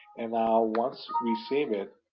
and now, once we save it,